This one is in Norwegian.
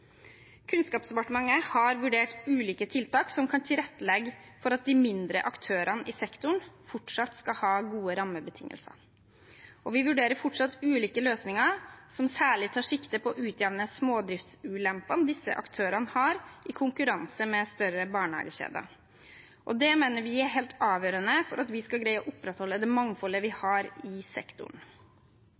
Kunnskapsdepartementet har vurdert ulike tiltak som kan tilrettelegge for at de mindre aktørene i sektoren fortsatt skal ha gode rammebetingelser. Vi vurderer fortsatt ulike løsninger som særlig tar sikte på å utjevne smådriftsulempene disse aktørene har i konkurranse med større barnehagekjeder. Det mener vi er helt avgjørende for at vi skal greie å opprettholde det mangfoldet vi har i sektoren.